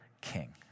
king